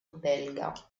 belga